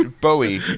Bowie